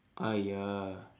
!aiya!